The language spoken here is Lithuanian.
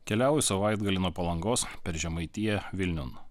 keliauju savaitgalį nuo palangos per žemaitiją vilniun